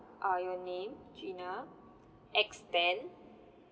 uh your name gina X ten